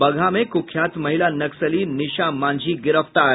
बगहा में कुख्यात महिला नक्सली निशा मांझी गिरफ्तार